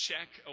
check